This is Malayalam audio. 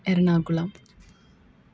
എറണാകുളം